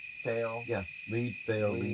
fail. yeah. lead, fail. lead,